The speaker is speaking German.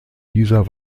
dieser